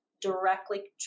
directly